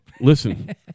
Listen